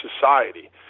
society